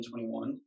2021